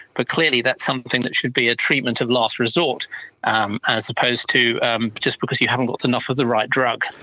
but clearly that's something that should be a treatment of last resort um as opposed to just because you haven't got enough of the right drug.